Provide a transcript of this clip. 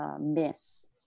miss